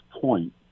point